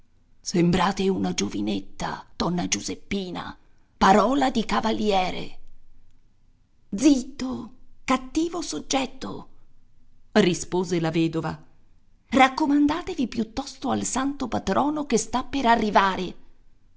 sembrate una giovinetta donna giuseppina parola di cavaliere zitto cattivo soggetto rispose la vedova raccomandatevi piuttosto al santo patrono che sta per arrivare